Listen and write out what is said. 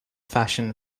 fashion